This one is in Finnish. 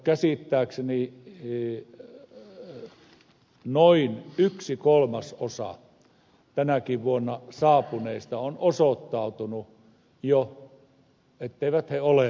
käsittääkseni noin yhden kolmasosan osalta tänäkin vuonna saapuneista on osoittautunut jo etteivät he ole alaikäisiä